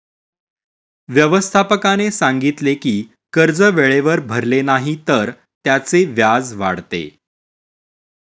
व्यवस्थापकाने सांगितले की कर्ज वेळेवर भरले नाही तर त्याचे व्याज वाढते